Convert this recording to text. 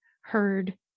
heard